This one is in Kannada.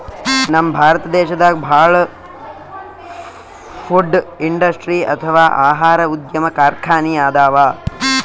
ನಮ್ ಭಾರತ್ ದೇಶದಾಗ ಭಾಳ್ ಫುಡ್ ಇಂಡಸ್ಟ್ರಿ ಅಥವಾ ಆಹಾರ ಉದ್ಯಮ್ ಕಾರ್ಖಾನಿ ಅದಾವ